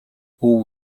all